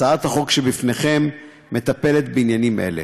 הצעת החוק שלפניכם מטפלת בעניינים האלה.